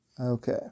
okay